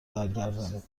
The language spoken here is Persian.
برگردانید